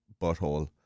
butthole